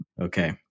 okay